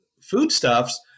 foodstuffs